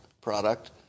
product